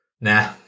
Nah